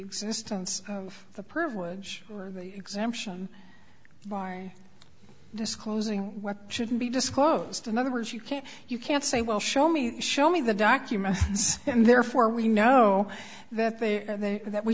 existence of the privilege or the exemption barring disclosing what should be disclosed in other words you can't you can't say well show me show me the documents and therefore we know that they are there that we